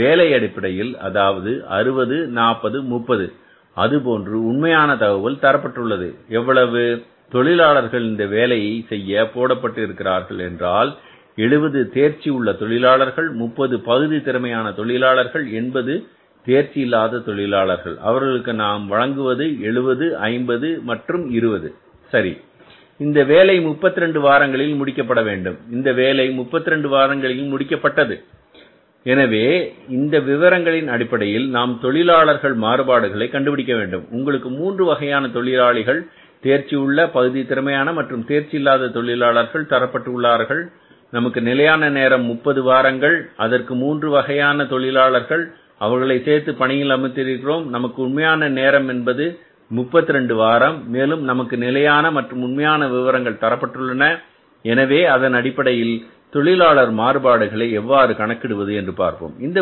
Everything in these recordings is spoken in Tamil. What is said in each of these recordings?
வேலை அடிப்படையில் அதாவது 60 40 30 அதேபோன்று உண்மையான தகவல் தரப்பட்டுள்ளது எவ்வளவு தொழிலாளர்கள் இந்த வேலை செய்ய போடப்பட்டு இருக்கிறார்கள் என்றால் 70 தேர்ச்சி உள்ள தொழிலாளிகள் 30 பகுதி திறமையான தொழிலாளிகள் 80 தேர்ச்சி இல்லாத தொழிலாளிகள் அவர்களுக்கு நாம் வழங்குவது 70 50 மற்றும் 20 சரி இந்த வேலை 32 வாரங்களில் முடிக்கப்பட வேண்டும் இந்த வேலை 32 வாரங்களில் முடிக்கப்பட்டது எனவே இந்த விவரங்களின் அடிப்படையில் நாம் தொழிலாளர் மாறுபாடுகளை கண்டுபிடிக்க வேண்டும் உங்களுக்கு மூன்று வகையான தொழிலாளிகள் தேர்ச்சி உள்ள பகுதி திறமையான மற்றும் தேர்ச்சி இல்லாத தொழிலாளர்கள் தரப்பட்டு உள்ளார்கள் நமக்கு நிலையான நேரம் 30 வாரங்கள் அதற்கு மூன்று வகையான தொழிலாளர்கள் அவர்களை சேர்த்து பணியில் அமர்த்தி இருக்கிறோம் நமக்கு உண்மையான நேரம் என்பது 32 வாரம் மேலும் நமக்கு நிலையான மற்றும் உண்மையான விவரங்கள் தரப்பட்டுள்ளன எனவே அதன் அடிப்படையில் தொழிலாளர் மாறுபாடுகளை எவ்வாறு கணக்கிடுவது என்று பார்ப்போம் இந்த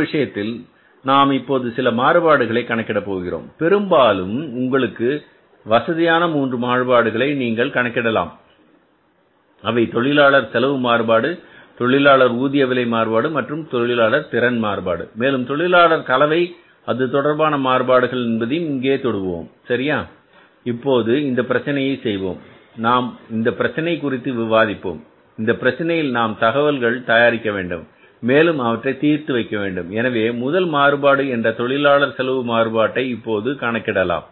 விஷயத்தில் நாம் இப்போது சில மாறுபாடுகளை கணக்கிட போகிறோம் பெரும்பாலும் உங்களுக்கு வசதியான மூன்று மாறுபாடுகளை நீங்கள் கணக்கிடலாம் அவை தொழிலாளர் செலவு மாறுபாடு தொழிலாளர் ஊதிய விலை மாறுபாடு மற்றும் தொழிலாளர் திறன் மாறுபாடு மேலும் தொழிலாளர் கலவை அதுதொடர்பான மாறுபாடுகள் என்பதையும் இங்கே தொடுவோம் சரியா இப்போது இந்த பிரச்சனையை செய்வோம் நாம் இந்த பிரச்சினை குறித்து விவாதிப்போம் இந்த பிரச்சினையில் நாம் தகவல்களை தயாரிக்கவேண்டும் மேலும் அவற்றை தீர்த்து வைக்க வேண்டும் எனவே முதல் மாறுபாடு என்ற தொழிலாளர் செலவு மாறுபாட்டை இப்போது கணக்கிடுவோம்